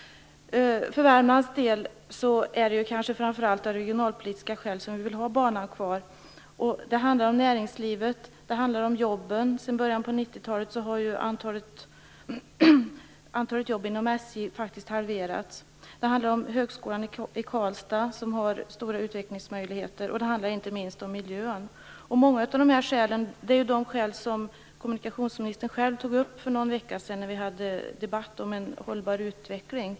För Värmlands del är det kanske framför allt av regionalpolitiska skäl som vi vill ha banan kvar. Det handlar om näringslivet och jobben. Sedan början på 90-talet har antalet jobb inom SJ halverats. Det handlar också om högskolan i Karlstad, som har stora utvecklingsmöjligheter, och det handlar inte minst om miljön. Många av dessa skäl är skäl som kommunikationsministern själv tog upp för någon vecka sedan när vi hade en debatt om en hållbar utveckling.